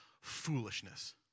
foolishness